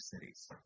cities